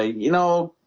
ah you know,